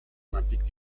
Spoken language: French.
olympiques